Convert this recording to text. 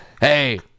Hey